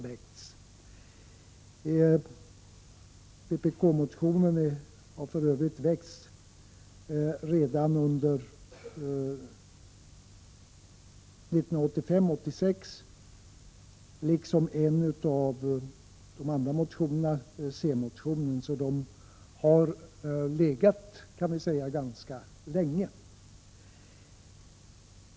Vpk:s motion och centerns motion väcktes redan under 1985/86. Dessa motioner har således legat ganska länge.